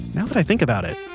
now that i think about it,